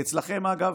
כי אצלכם, אגב,